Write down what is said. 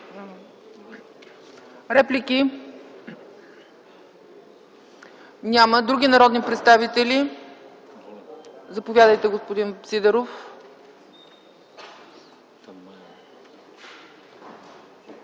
реплики? Няма. Други народни представители? Заповядайте, господин Сидеров.